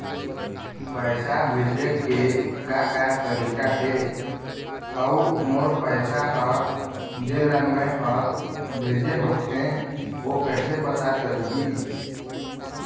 पैसा भेजे के का का तरीका हे अऊ मोर पैसा हर जेला मैं हर भेजे होथे ओ कैसे पता चलही?